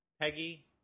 Peggy